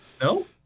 No